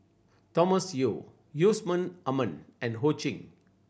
Thomas Yeo Yusman Aman and Ho Ching